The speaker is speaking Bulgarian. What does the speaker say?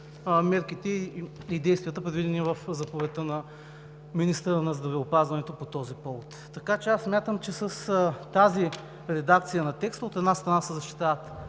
мерките и действията, предвидени в Заповедта на министъра на здравеопазването по този повод. Така че, аз смятам, че с тази редакция на текста, от една страна, се защитават